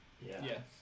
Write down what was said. Yes